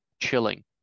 chilling